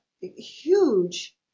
huge